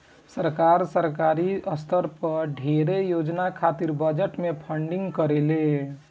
सरकार, सरकारी स्तर पर ढेरे योजना खातिर बजट से फंडिंग करेले